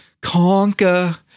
conquer